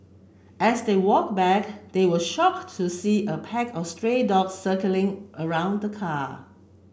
as they walk back they were shocked to see a pack of stray dogs circling around the car